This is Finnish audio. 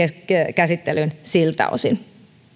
siltä osin